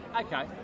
Okay